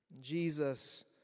Jesus